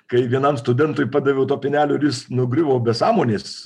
kai vienam studentui padaviau to pienelio ir jis nugriuvo be sąmonės